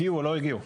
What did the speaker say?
הגיעו או לא הגיעו.